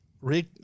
Rick